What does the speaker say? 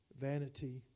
vanity